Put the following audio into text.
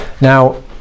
Now